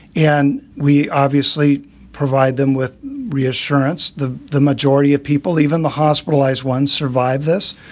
and we obviously provide them with reassurance. the the majority of people, even the hospitalized ones, survive this.